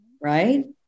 right